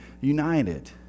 united